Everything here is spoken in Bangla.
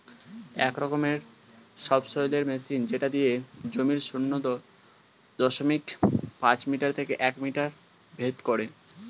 এক রকমের সবসৈলের মেশিন যেটা দিয়ে জমির শূন্য দশমিক পাঁচ মিটার থেকে এক মিটার ভেদ করে